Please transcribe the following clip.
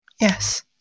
Yes